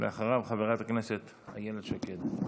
אחריו, חברת הכנסת איילת שקד.